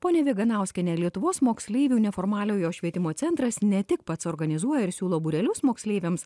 ponia viganauskiene lietuvos moksleivių neformaliojo švietimo centras ne tik pats organizuoja ir siūlo būrelius moksleiviams